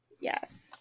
Yes